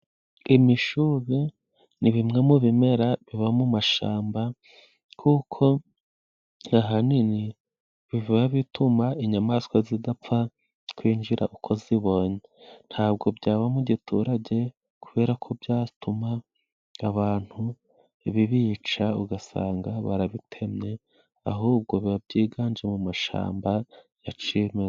Imishubi ni bimwe mu bimera biba mu mashamba kuko ahanini biba bituma inyamaswa zidapfa kwinjira uko zibonye. Ntabwo byaba mu giturage kubera ko byatuma abantu bibica ugasanga barabitemye, ahubwo biba byiganje mu mashamba ya ciyemeza.